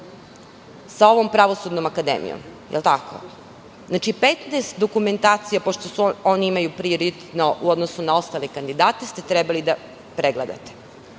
sa ovom Pravosudnom akademijom, da li je tako? Znači, 15 dokumentacija, pošto oni imaju prioritet u odnosu na ostale kandidate, ste trebali da pregledate. Da